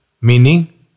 Meaning